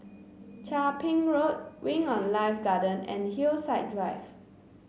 Chia Ping Road Wing On Life Garden and Hillside Drive